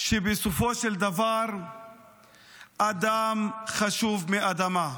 שבסופו של דבר אדם חשוב מאדמה.